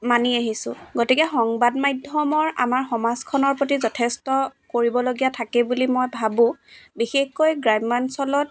মানি আহিছোঁ গতিকে সংবাদ মাধ্যমৰ আমাৰ সমাজখনৰ প্ৰতি যথেষ্ট কৰিবলগীয়া থাকে বুলি মই ভাবো বিশেষকৈ গ্ৰাম্যাঞ্চলত